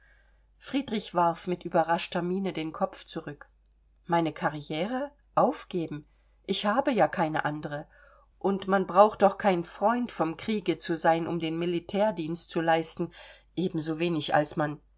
friedrich warf mit überraschter miene den kopf zurück meine karrire aufgeben ich habe ja keine andere und man braucht doch kein freund vom kriege zu sein um den militärdienst zu leisten ebenso wenig als man